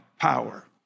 power